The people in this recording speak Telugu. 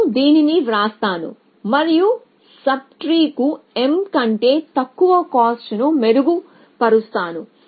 నేను దీనిని వ్రాస్తాను మరియు సబ్ ట్రీ కు m కంటే తక్కువ కాస్ట్ ను మెరుగు పరుస్తాను